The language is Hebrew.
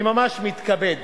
אני ממש מתכבד